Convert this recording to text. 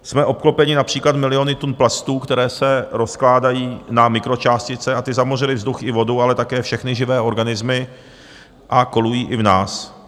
Jsme obklopeni například miliony tun plastů, které se rozkládají na mikročástice, a ty zamořily vzduch i vodu, ale také všechny živé organismy a kolují i v nás.